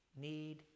need